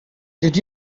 did